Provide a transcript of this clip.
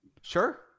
Sure